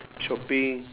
shopping